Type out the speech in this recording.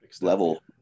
level